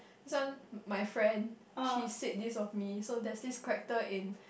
this one my friend she said this of me so there's this character in